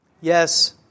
Yes